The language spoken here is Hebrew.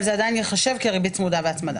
זה עדיין ייחשב כריבית צמודה והצמדה.